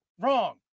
wrong